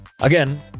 again